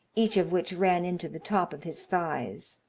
each of which ran into the top of his thighs.